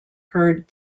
heard